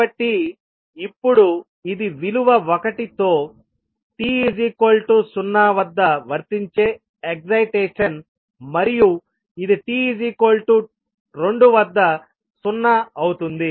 కాబట్టి ఇప్పుడు ఇది విలువ 1 తో t0 వద్ద వర్తించే ఎక్సయిటేషన్ మరియు ఇది t2 వద్ద 0 అవుతుంది